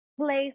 place